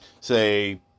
say